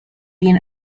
been